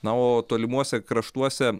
na o tolimuose kraštuose